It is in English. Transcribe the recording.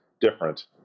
different